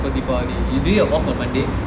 for deepavali do you get off on monday